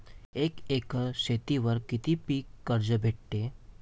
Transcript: एक एकर शेतीवर किती पीक कर्ज भेटते?